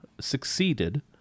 succeeded